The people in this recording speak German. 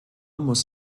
muss